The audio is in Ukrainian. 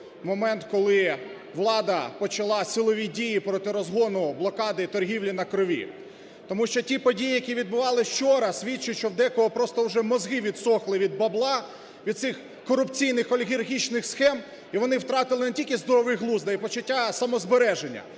момент, коли влада почала силові дії проти розгону блокади торгівлі на крові. Тому що ті події, які відбувалися вчора, свідчать що у декого просто мозги відсохли від бабла, від цих корупційних, олігархічних схем і вони втратили не тільки здоровий глузд, а і почуття самозбереження,